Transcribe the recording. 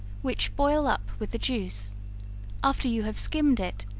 which boil up with the juice after you have skimmed it,